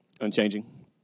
Unchanging